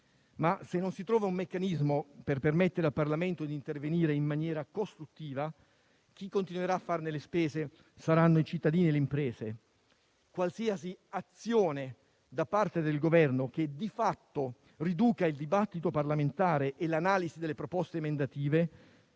Se però non si trova un meccanismo per permettere al Parlamento di intervenire in maniera costruttiva, chi continuerà a farne le spese saranno i cittadini e le imprese. Qualsiasi azione da parte del Governo che, di fatto, riduca il dibattito parlamentare e l'analisi delle proposte emendative